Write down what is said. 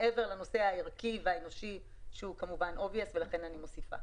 מעבר לנושא הערכי והאנושי שהוא כמובן ברור.